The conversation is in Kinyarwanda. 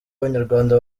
abanyarwanda